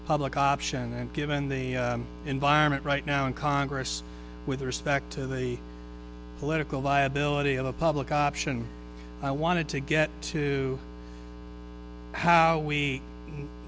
public option and given the environment right now in congress with respect to the political viability of the public option i wanted to get to how we